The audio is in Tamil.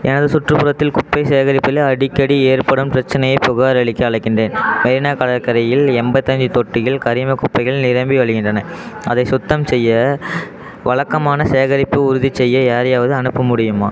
எனது சுற்றுப்புறத்தில் குப்பை சேகரிப்பதில் அடிக்கடி ஏற்படும் பிரச்சினைய புகாரளிக்க அழைக்கின்றேன் மெரினா கடற்கரையில் எம்பத்தஞ்சு தொட்டிகள் கரிம குப்பைகள் நிரம்பி வழிகின்றன அதை சுத்தம் செய்ய வழக்கமான சேகரிப்பு உறுதிச் செய்ய யாரையாவது அனுப்ப முடியுமா